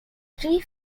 three